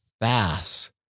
fast